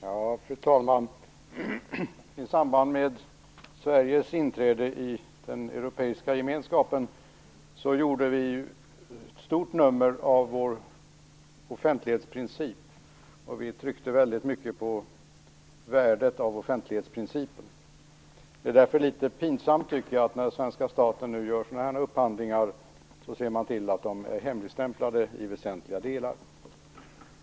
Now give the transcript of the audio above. Fru talman! I samband med Sveriges inträde i den europeiska gemenskapen gjorde vi ett stort nummer av vår offentlighetsprincip. Vi underströk väldigt mycket värdet av offentlighetsprincipen. Det är därför litet pinsamt att staten vid den här typen av upphandlingar ser till att de hemligstämplas i väsentliga delar.